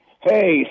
hey